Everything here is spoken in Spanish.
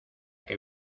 que